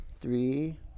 three